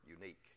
unique